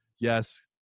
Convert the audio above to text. yes